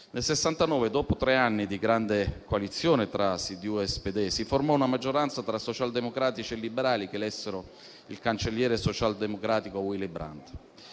Nel 1969, dopo tre anni di grande coalizione tra CDU e SPD, si formò una maggioranza tra socialdemocratici e liberali che elessero il cancelliere socialdemocratico Willy Brandt.